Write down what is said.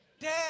Dad